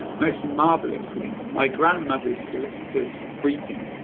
most marvellously, my grandmother's solicitous greeting,